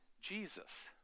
Jesus